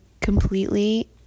completely